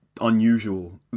unusual